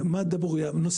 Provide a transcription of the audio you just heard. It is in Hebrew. העלית את נושא